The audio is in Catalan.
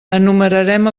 enumerarem